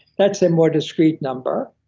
that's a more discrete number,